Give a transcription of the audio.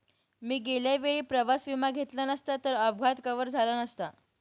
मी गेल्या वेळी प्रवास विमा घेतला नसता तर अपघात कव्हर झाला नसता